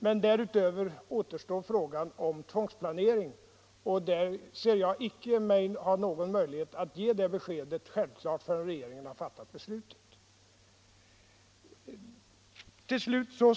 Men därutöver återstår frågan om tvångsplanering, och därvidlag har jag självklart inte någon möjlighet att ge besked förrän regeringen har fattat sitt beslut.